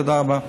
תודה רבה.